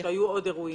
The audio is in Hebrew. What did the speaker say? או שהיו עוד אירועים?